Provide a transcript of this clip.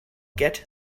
get